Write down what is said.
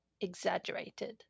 exaggerated